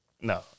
No